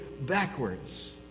backwards